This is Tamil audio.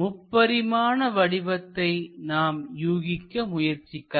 முப்பரிமாண வடிவத்தை நாம் யூகிக்க முயற்சிக்கலாம்